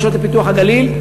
רשויות לפיתוח הגליל,